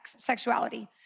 sexuality